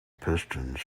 pistons